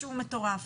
משהו מטורף.